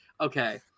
okay